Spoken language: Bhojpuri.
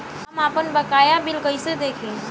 हम आपनबकाया बिल कइसे देखि?